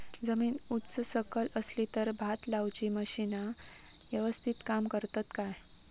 जमीन उच सकल असली तर भात लाऊची मशीना यवस्तीत काम करतत काय?